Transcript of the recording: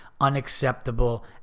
Unacceptable